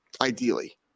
Ideally